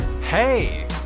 Hey